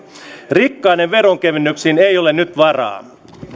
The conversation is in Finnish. rikkaiden veronkevennyksiin ei ole nyt varaa sosialidemokraattien